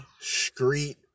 street